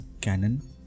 Canon